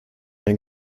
mehr